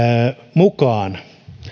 mukaan